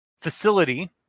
facility